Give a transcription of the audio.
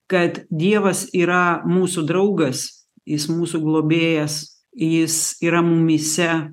kad dievas yra mūsų draugas jis mūsų globėjas jis yra mumyse